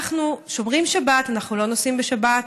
אנחנו שומרים שבת, אנחנו לא נוסעים בשבת,